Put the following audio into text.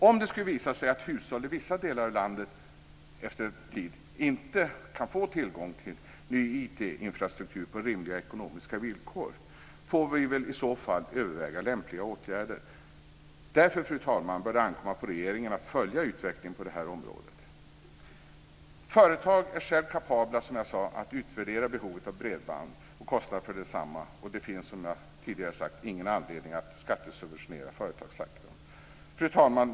Om det skulle visa sig att hushåll i vissa delar av landet efter en tid inte kan få tillgång till ny IT infrastruktur på rimliga ekonomiska villkor får vi väl överväga lämpliga åtgärder. Därför, fru talman, bör det ankomma på regeringen att följa utvecklingen på det här området. Företag är, som sagt, själva kapabla att utvärdera behovet av och kostnaden för bredband. Det finns, som jag tidigare sagt, ingen anledning att skattesubventionera företagssektorn. Fru talman!